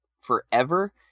Forever